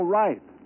right